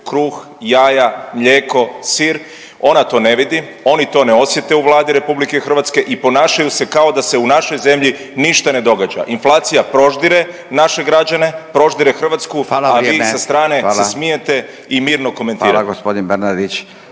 Hvala gospodin Bernardić,